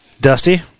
Dusty